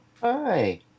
Hi